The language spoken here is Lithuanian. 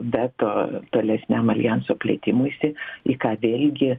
veto tolesniam aljanso plėtimuisi į ką vėlgi